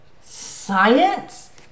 Science